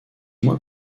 mois